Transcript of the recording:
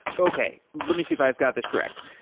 okay. let me see if i've got this correct.